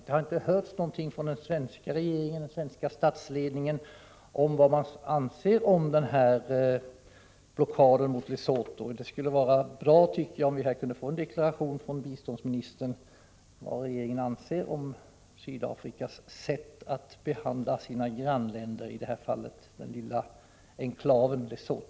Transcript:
Det har inte hörts någonting från den svenska statsledningen om vad man anser om blockaden mot Lesotho. Det skulle vara bra, tycker jag, om vi här kunde få en deklaration från biståndsministern om vad regeringen anser om Sydafrikas sätt att behandla sina grannländer —i det här fallet den lilla enklaven Lesotho.